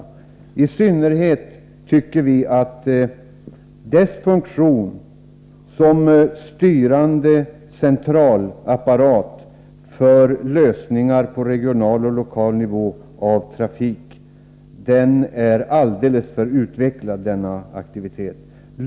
Vi från vänsterpartiet kommunisterna tycker att i synnerhet dess funktion och aktivitet som styrande centralapparat för lösningar av trafikfrågor på regional och lokal nivå är alltför utvecklade.